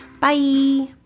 Bye